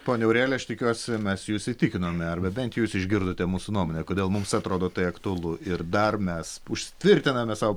ponia aurelija aš tikiuosi mes jus įtikinome arba bent jūs išgirdote mūsų nuomonę kodėl mums atrodo tai aktualu ir dar mes užsitvirtiname savo